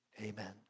Amen